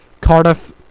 Cardiff